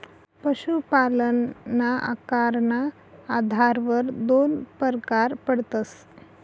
पशुपालनना आकारना आधारवर दोन परकार पडतस